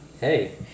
Hey